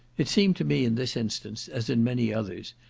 it seemed to me in this instance, as in many others,